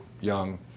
young